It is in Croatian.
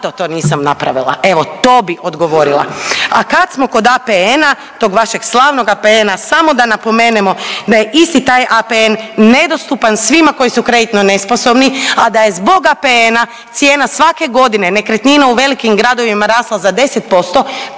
to nisam napravila. Evo to bi odgovorila. A kad smo kod APN-a tog vašeg slavnog APN-a samo da napomenemo da je isti taj APN nedostupan svima koji su kreditno nesposobni, a da je zbog APN-a cijena svake godine nekretnina u velikim gradovima rasla za 10%